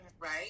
right